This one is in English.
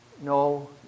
no